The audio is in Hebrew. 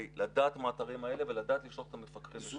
לדעת על האתרים האלה ולדעת לשלוח את המפקחים.